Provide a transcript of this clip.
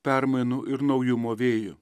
permainų ir naujumo vėju